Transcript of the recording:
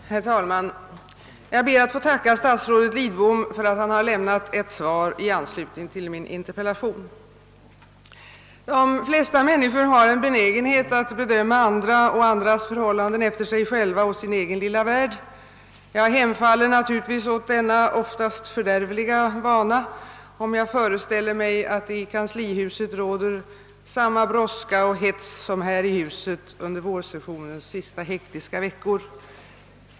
Herr talman! Jag ber att få tacka statsrådet Lidbom för att han lämnat ett svar i anslutning till min interpellation. De flesta människor har en benägenhet att bedöma andra och andras förhållanden efter sig själva och sin egen lilla värld. Jag hemfaller naturligtvis åt denna oftast fördärvliga vana om jag föreställer mig att det i kanslihuset råder samma brådska och hets som här i huset under vårsessionens sista, hektiska veckor.